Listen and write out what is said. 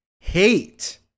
hate